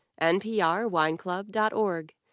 NPRWineClub.org